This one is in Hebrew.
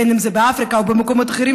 בין אם זה באפריקה או במקומות אחרים,